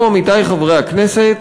אנחנו, עמיתי חברי הכנסת,